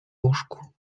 łóżku